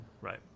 Right